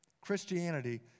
Christianity